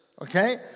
okay